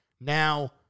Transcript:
Now